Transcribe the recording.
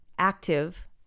Active